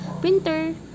printer